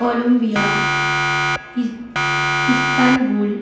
Colombia ই Istanbul